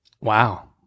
Wow